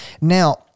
now